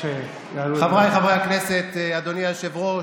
חבריי חברי הכנסת, אדוני היושב-ראש,